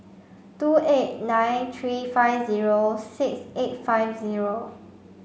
two eight nine three five zero six eight five zero